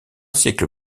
siècle